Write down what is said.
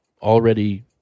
already